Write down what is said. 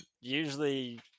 Usually